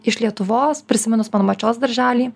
iš lietuvos prisimenu mano pačios darželį